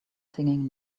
singing